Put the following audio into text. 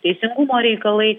teisingumo reikalai